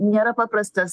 nėra paprastas